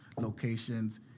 locations